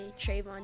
Trayvon